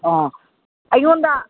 ꯑꯥ ꯑꯩꯉꯣꯟꯗ